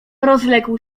rozległ